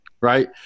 Right